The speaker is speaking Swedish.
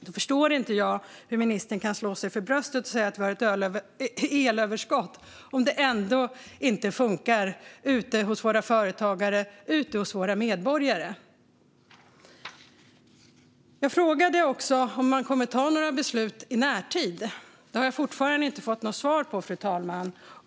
Jag förstår inte hur ministern kan slå sig för bröstet och säga att vi har ett elöverskott om det ändå inte funkar ute hos våra företagare och ute hos våra medborgare. Jag frågade också om man kommer att ta några beslut i närtid. Det har jag fortfarande inte fått något svar på.